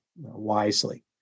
wisely